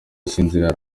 asinziriye